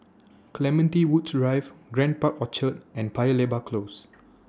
Clementi Woods Drive Grand Park Orchard and Paya Lebar Close